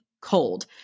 cold